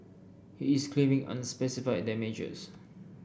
he is claiming unspecified damages